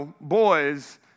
boys